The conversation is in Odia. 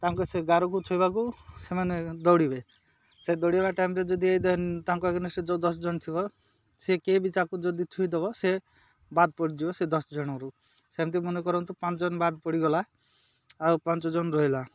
ତାଙ୍କ ସେ ଗାରକୁ ଛୁଇଁବାକୁ ସେମାନେ ଦୌଡ଼ିବେ ସେ ଦୌଡ଼ିବା ଟାଇମ୍ରେ ଯଦି ତାଙ୍କ ଏଗ୍ନେଷ୍ଟ୍ରେ ଯେଉଁ ଦଶ ଜଣ ଥିବ ସିଏ କିଏ ବି ତାକୁ ଯଦି ଛୁଇଁଦବ ସେ ବାଦ ପଡ଼ିଯିବ ସେ ଦଶ ଜଣରୁ ସେମିତି ମନେ କରନ୍ତୁ ପାଞ୍ଚ ଜଣ ବାଦ ପଡ଼ିଗଲା ଆଉ ପାଞ୍ଚ ଜଣ ରହିଲା